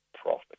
profit